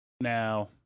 Now